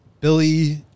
Billy